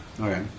Okay